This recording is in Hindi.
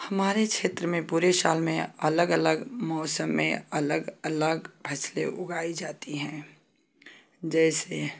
हमारे क्षेत्र में पूरे साल में अलग अलग मौसम में अलग अलग फ़सलें उगाई जाती हैं जैसे